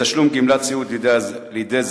(תשלום גמלת סיעוד לידי הזכאי,